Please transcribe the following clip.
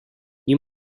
you